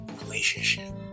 relationship